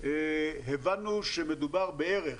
הבנו שמדובר בערך